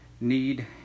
need